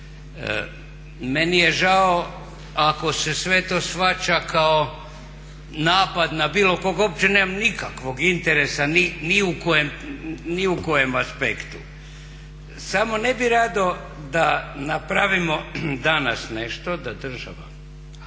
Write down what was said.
Meni je žao ako se sve to shvaća kao napad na bilo kog, uopće nemam nikakvog interesa ni u kojem aspektu, samo ne bih rado da napravimo danas nešto da država,